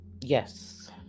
Yes